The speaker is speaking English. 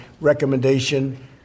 recommendation